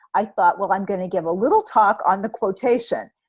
i thought, well, i'm gonna give a little talk on the quotation.